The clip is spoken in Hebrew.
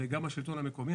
וגם השלטון המקומי.